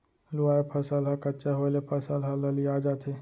लूवाय फसल ह कच्चा होय ले फसल ह ललिया जाथे